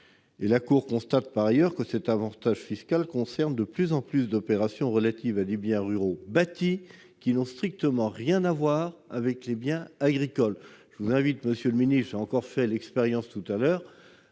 ... La Cour constate par ailleurs que cet avantage fiscal concerne de plus en plus d'opérations relatives à des biens ruraux bâtis qui n'ont strictement rien à voir avec les biens agricoles. Je vous invite, monsieur le ministre- j'en ai encore fait l'expérience tout à l'heure